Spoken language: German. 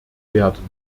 werden